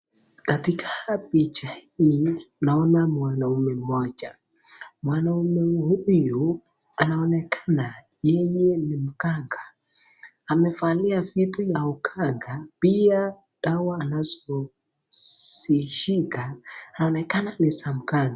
Ktika picha hii naona mwanaume mmoja, mwanaume huyu anaonekana yeye ni mganga, amevali vitu la uganga, pia dawa anazozishika zinaonekana ni za mganga.